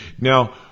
Now